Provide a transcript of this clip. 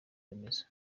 remezo